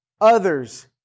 others